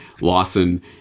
Lawson